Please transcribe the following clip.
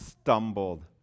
stumbled